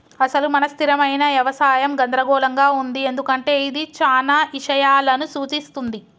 అసలు మన స్థిరమైన యవసాయం గందరగోళంగా ఉంది ఎందుకంటే ఇది చానా ఇషయాలను సూఛిస్తుంది